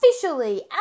officially